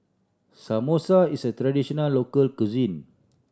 samosa is a traditional local cuisine